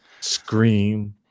scream